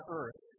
earth